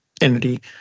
entity